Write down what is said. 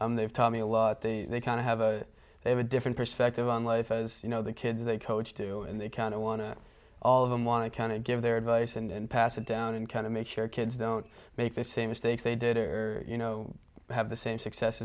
role they've taught me a lot they kind of have a they have a different perspective on life as you know the kids they coach too and they kind of want to all of them want to kind of give their advice and pass it down and kind of make sure kids don't make the same mistakes they did or you know have the same success